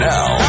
Now